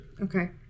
Okay